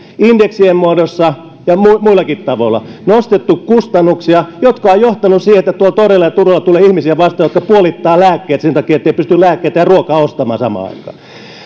indeksien muodossa ja muillakin tavoilla nostettu kustannuksia mikä on johtanut siihen että toreilla ja turuilla tulee ihmisiä vastaan jotka puolittavat lääkkeet sen takia etteivät pysty lääkkeitä ja ruokaa ostamaan samaan aikaan